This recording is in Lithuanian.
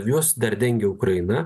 juos dar dengia ukraina